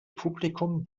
publikum